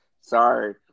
Sorry